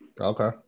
okay